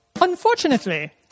Unfortunately